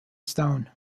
stone